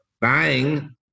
buying